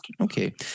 Okay